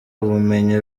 ubumenyi